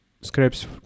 scripts